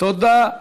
תודה.